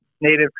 native